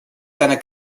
seiner